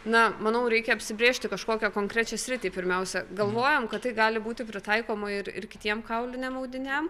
na manau reikia apsibrėžti kažkokią konkrečią sritį pirmiausia galvojam kad tai gali būti pritaikoma ir ir kitiem kauliniam audiniam